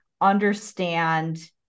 understand